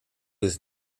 his